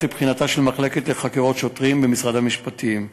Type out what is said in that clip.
לבחינת המחלקה לחקירות שוטרים במשרד המשפטים.